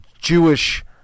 Jewish